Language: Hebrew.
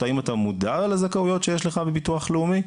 אותו אזרח: האם אתה מודע לזכאויות שיש לך בביטוח לאומי?